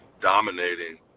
dominating